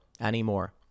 anymore